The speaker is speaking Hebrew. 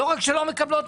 לא רק שלא מקבלים,